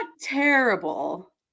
terrible